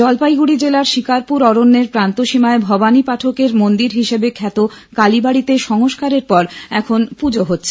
জলপাইগুড়ি জেলার শিকারপুর অরণ্যের প্রান্তসীমায় ভবানী পাঠকের মন্দির হিসাবে খ্যাত কালিবাডিতে সংস্কারের পর এখন পুজো হচ্ছে